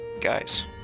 Guys